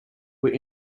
were